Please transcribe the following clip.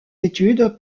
études